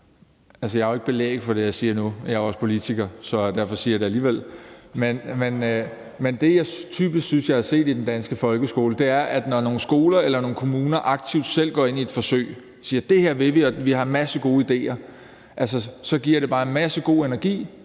jeg har jo ikke belæg for det, jeg siger nu. Jeg er også politiker, så derfor siger jeg det alligevel. (Munterhed). Men det, jeg synes jeg typisk har set i den danske folkeskole, er, at når nogle skoler eller nogle kommuner aktivt selv går ind i et forsøg og siger, at det her vil de, og de har en masse gode idéer, så giver det bare en masse god energi,